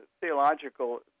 theological